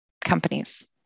companies